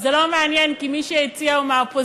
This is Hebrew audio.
זה לא מעניין, כי מי שהציע הוא מהאופוזיציה,